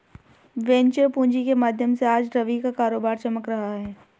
venture पूँजी के माध्यम से आज रवि का कारोबार चमक रहा है